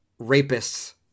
rapists